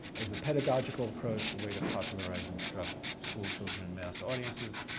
as a pedagogical approach, a way to popularize instruct school children and mass audiences,